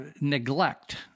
neglect